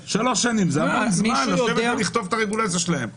זה המון זמן לכתוב את הרגולציה שלהם.